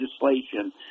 legislation